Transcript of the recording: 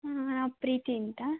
ಹಾಂ ಪ್ರೀತೀಂತ